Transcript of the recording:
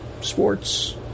sports